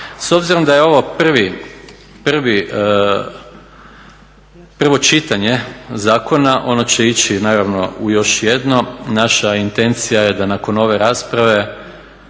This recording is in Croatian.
S obzirom da je ovo prvi, prvo čitanje zakona ono će ići naravno u još jedno. Naša intencija je da nakon ove rasprave